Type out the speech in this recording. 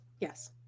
yes